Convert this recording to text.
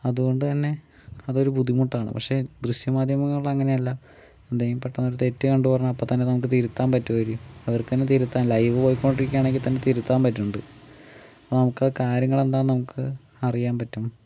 അതുകൊണ്ട് തന്നെ അത് ഒരു ബുദ്ധിമുട്ട് ആണ് പക്ഷെ ദൃശ്യമാധ്യമങ്ങളിൽ അങ്ങനെ അല്ല എന്തെങ്കിലും പെട്ടെന്ന് ഒരു തെറ്റ് കണ്ട ഉടനെ അപ്പൊ തന്നെ നമുക്ക് തിരുത്താൻ പറ്റുമായിരിക്കും അവർക്ക് തന്നെ തിരുത്താം ലൈവ് പോക്കൊണ്ട് ഇരികുവാണെങ്കിൽ തന്നെ തിരുത്താൻ പറ്റുന്നുണ്ട് നമുക്ക് ആ കാര്യങ്ങൾ എന്താണെന്ന് നമുക്ക് അറിയാൻ പറ്റും